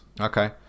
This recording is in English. Okay